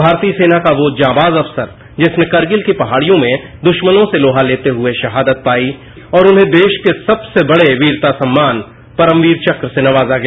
भारतीय सेना को वो जांबाज अफसर जिसने कारगिल की पहाडियों में द्रस्मनों से लोहा लेते हुए शहादत पाई और उन्हें देश के सबसे बड़े वीरता सम्मान परमवीर चक्र से नवाजा गया